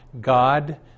God